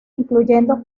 incluyendo